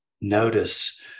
notice